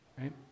right